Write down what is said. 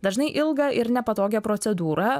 dažnai ilgą ir nepatogią procedūrą